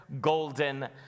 golden